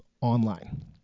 online